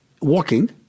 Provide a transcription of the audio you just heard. walking